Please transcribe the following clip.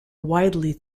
widely